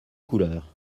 couleurs